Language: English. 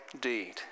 deed